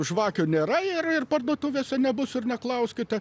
žvakių nėra ir ir parduotuvėse nebus ir neklauskite